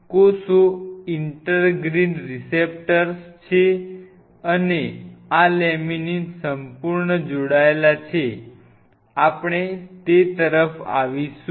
કોષો integrin receptors છે અને આ લેમિનીન સંપૂર્ણ જોડાયેલા છે આપણે તે તરફ આવીશું